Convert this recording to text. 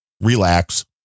relax